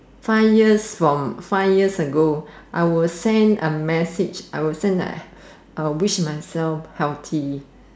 five years from five years ago I will send a message I will send that wish myself healthy